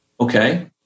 Okay